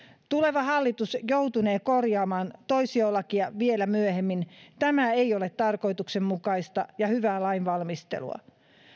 tuleva hallitus joutunee korjaamaan toisiolakia vielä myöhemmin tämä ei ole tarkoituksenmukaista ja hyvää lainvalmistelua